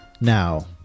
Now